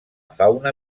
fauna